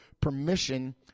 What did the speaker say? permission